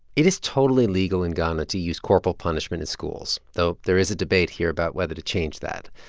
it is totally legal in ghana to use corporal punishment in schools though there is a debate here about whether to change that.